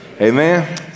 Amen